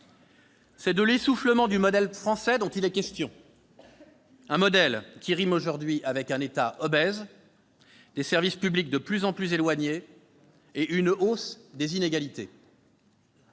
C'est de l'essoufflement du « modèle français » qu'il est question. Ce modèle rime aujourd'hui avec un État obèse, des services publics de plus en plus éloignés et une hausse des inégalités.